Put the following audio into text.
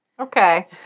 Okay